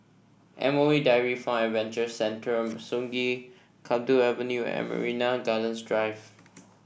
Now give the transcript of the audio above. M O E Dairy Farm Adventure Centre Sungei Kadut Avenue and Marina Gardens Drive